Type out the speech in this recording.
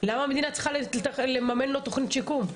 למה המדינה צריכה לממן לו תוכנית שיקום,